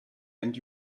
and